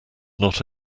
not